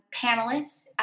panelists